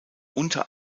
unter